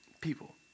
people